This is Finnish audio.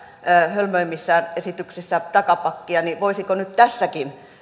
hölmöimmissä esityksissään takapakkia niin voisiko nyt tässäkin